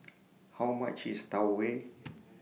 How much IS Tau Huay